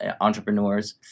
entrepreneurs